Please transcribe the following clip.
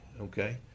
okay